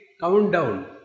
countdown